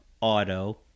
auto